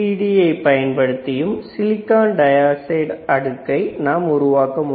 LPCVD யை பயன்படுத்தி silicon dioxide அடுக்கை உருவாக்க வேண்டும்